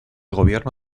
gobierno